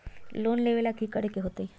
Loan लेवेला की करेके होतई?